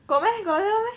got meh got like that [one] meh